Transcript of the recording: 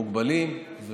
מוגבלים.